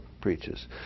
preaches